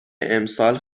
امسال